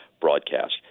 broadcast